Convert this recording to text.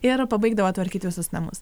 ir pabaigdavo tvarkyt visus namus